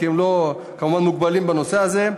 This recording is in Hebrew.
כי הם כמובן מוגבלים בנושא הזה,